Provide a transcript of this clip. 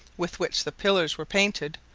with which the pillars were painted,